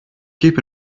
keep